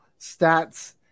stats